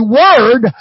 word